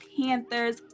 Panthers